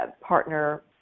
partner